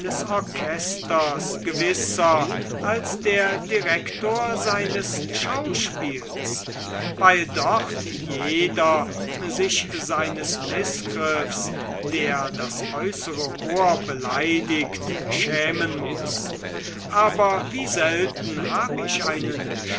orchesters gewisser als der direktor seines schauspiels weil dort jeder sich seines mißgriffs der das äußere ohr beleidigt schämen muß aber wie selten hab ich einen